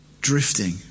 drifting